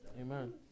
Amen